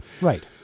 Right